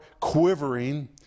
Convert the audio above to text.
quivering